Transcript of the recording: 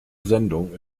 sendung